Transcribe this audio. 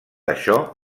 això